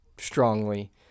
strongly